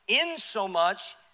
insomuch